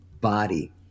body